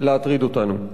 להטריד אותנו.